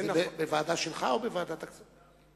בוועדה שלך או בוועדת הכספים?